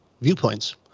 viewpoints